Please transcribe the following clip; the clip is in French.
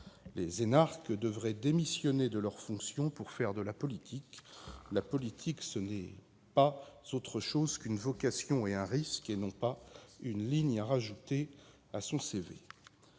Les énarques devraient démissionner de leurs fonctions pour faire de la politique. La politique, c'est une vocation et un risque, et non pas une ligne à ajouter à son CV